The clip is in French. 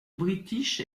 british